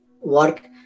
work